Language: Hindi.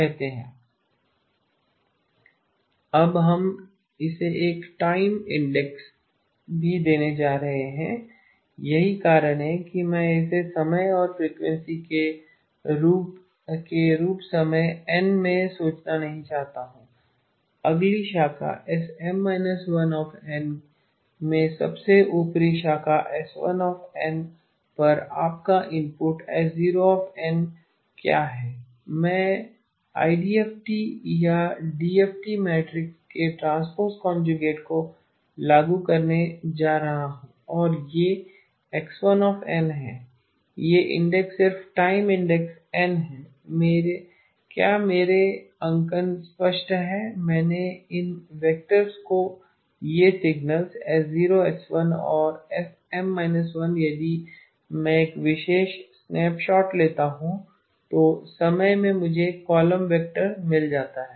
️️ और हम इसे एक टाइम इंडेक्स भी देने जा रहे हैं यही कारण है कि मैं इसे समय और फ्रीक्वेंसी के रूप समय n में सोचना नहीं चाहता हूं अगली शाखा SM−1n में सबसे ऊपरी शाखा S1n पर आपका इनपुट S0n क्या है मैं आईडीएफटी या डीएफटी मैट्रिक्स के ट्रांसपोज़ कॉनज्युगेट को लागू करने जा रहा हूं और यह X1n है यह इंडेक्स सिर्फ टाइम इंडेक्स n है क्या मेरा अंकन स्पष्ट है मैंने इन वेक्टर्स को ये सिग्नल्स S0 S1 और SM−1 यदि मैं एक विशेष स्नैपशॉट लेता हूं तो समय में मुझे एक कॉलम वेक्टर मिल जाता है